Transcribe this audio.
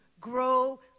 grow